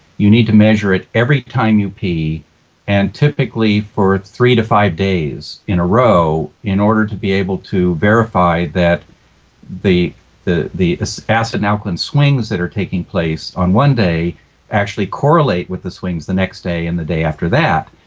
you need to measure it every time you pee and typically for three to five days in a row in order to be able to verify that the the acid and alkaline swings that are taking place on one day actually correlate with the swings the next day and the day after that.